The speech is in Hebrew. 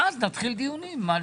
נתחיל דיונים על